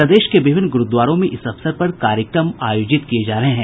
प्रदेश के विभिन्न ग्रूद्वारों में इस अवसर पर कार्यक्रम आयोजित किये जा रहे हैं